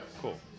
Cool